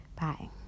Bye